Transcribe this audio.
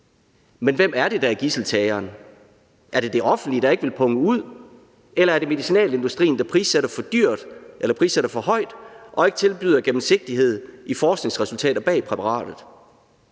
Men hvem er det, der er gidseltageren? Er det det offentlige, der ikke vil punge ud, eller er det medicinalindustrien, der prissætter for højt og ikke tilbyder gennemsigtighed i forskningsresultater bag præparatet?